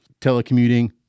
telecommuting